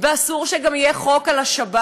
ואסור שגם יהיה חוק על השבת,